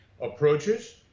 approaches